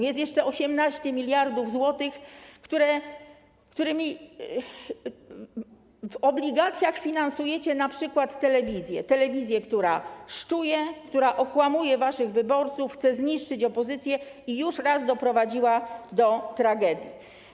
Jest jeszcze 18 mld zł, którymi w obligacjach finansujecie np. telewizję, która szczuje, która okłamuje waszych wyborców, chce zniszczyć opozycję i już raz doprowadziła do tragedii.